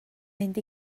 mynd